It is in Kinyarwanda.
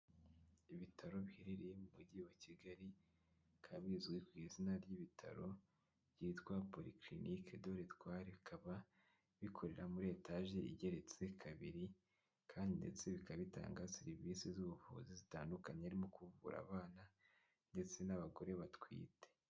Ibitaro biherereye mu mujyi wa Kigali, bikaba bizwi ku izina ry'ibitaro byitwa "Polyclinique de l'Etoile", bikaba bikorera muri etaje igeretse kabiri, kandi ndetse bikaba bitanga serivisi z'ubuvuzi zitandukanye harimo, kuvura abana ndetse n'abagore batwite.